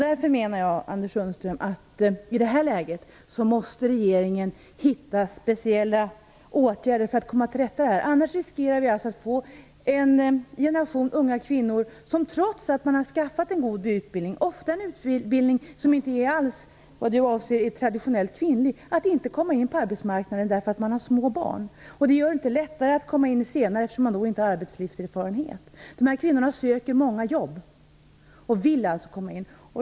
Därför menar jag, Anders Sundström, att regeringen i detta läge måste hitta speciella åtgärder för att komma till rätta med problemet. Annars riskerar vi att få en generation unga kvinnor som trots att de har skaffat en god utbildning - ofta en utbildning som inte alls är vad man avser med traditionellt kvinnlig - inte kommer in på arbetsmarknaden därför att de har små barn. Det är inte heller lättare att komma in senare, eftersom de då inte har arbetslivserfarenhet. Dessa kvinnor söker många jobb och vill alltså komma in.